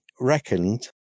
reckoned